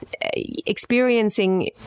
experiencing